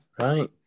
right